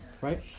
right